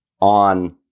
on